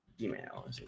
Email